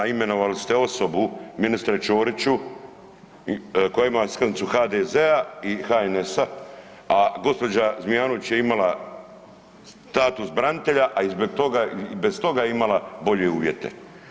Imenovali ste osobu ministre Ćoriću koja ima iskaznicu HDZ-a i HNS-a, a gospođa Zmijanović je imala status branitelja a i bez toga je imala bolje uvjete.